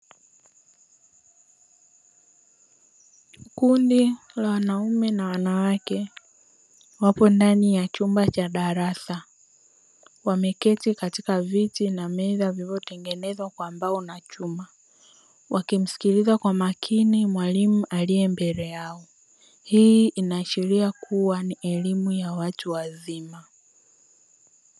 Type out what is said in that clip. Kundi la wanaume na wanawake wapo ndani ya chumba cha darasa wameketi katika viti na meza vilivyotengenezwa kwa mbao na chuma wakimsikiiza kwa makini mwalimu alie mbele yao. Hii inaashiria kuwa ni elimu ya watu wazima.